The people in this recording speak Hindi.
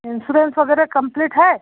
इंसोरेंस वगैरह कम्प्लीट है